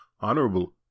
Honorable